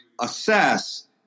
assess